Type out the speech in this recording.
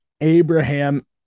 Abraham